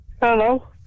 Hello